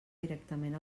directament